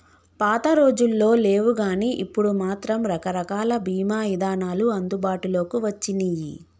పాతరోజుల్లో లేవుగానీ ఇప్పుడు మాత్రం రకరకాల బీమా ఇదానాలు అందుబాటులోకి వచ్చినియ్యి